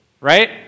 right